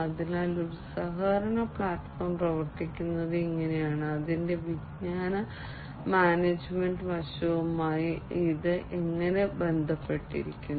അതിനാൽ ഒരു സഹകരണ പ്ലാറ്റ്ഫോം പ്രവർത്തിക്കുന്നത് ഇങ്ങനെയാണ് അതിന്റെ വിജ്ഞാന മാനേജ്മെന്റ് വശവുമായി ഇത് എങ്ങനെ ബന്ധപ്പെട്ടിരിക്കുന്നു